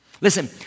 Listen